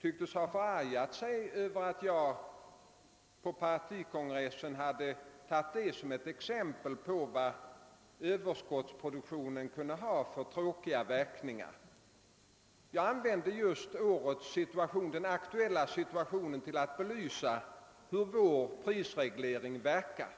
tycktes ha förargat sig över att jag på partikongressen hade tagit denna som ett exempel på vad överskottsproduktionen kunde ha för tråkiga verkningar. Jag använde den aktuella situationen till att belysa hur vår prisreglering verkar.